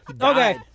Okay